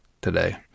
today